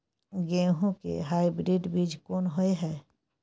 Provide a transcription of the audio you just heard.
गेहूं के हाइब्रिड बीज कोन होय है?